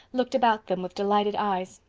looked about them with delighted eyes.